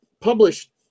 published